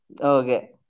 Okay